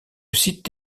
site